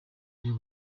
iyo